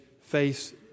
face